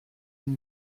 une